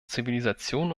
zivilisation